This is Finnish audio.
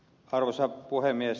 arvoisa puhemies